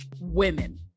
women